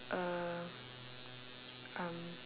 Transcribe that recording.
a um